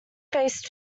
face